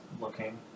looking